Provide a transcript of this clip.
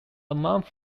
month